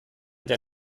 der